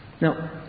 Now